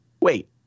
Wait